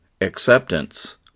acceptance